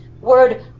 word